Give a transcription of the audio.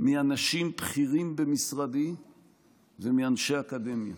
מאנשים בכירים במשרדי ומאנשי אקדמיה